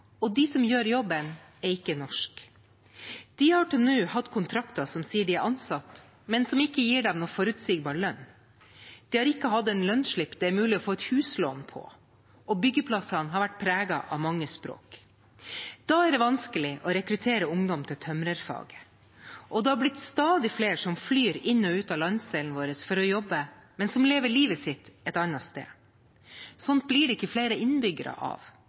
og de som gjør jobben, er ikke norske. De har til nå hatt kontrakter som sier at de er ansatt, men som ikke gir dem noen forutsigbar lønn. De har ikke hatt en lønnsslipp det er mulig å få et huslån på, og byggeplassene har vært preget av mange språk. Da er det vanskelig å rekruttere ungdom til tømrerfag. Det har blitt stadig flere som flyr inn og ut av landsdelen vår for å jobbe, men som lever livet sitt et annet sted. Sånt blir det ikke flere innbyggere av,